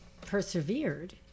persevered